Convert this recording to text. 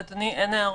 אדוני, אין הערות.